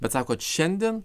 bet sakot šiandien